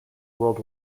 world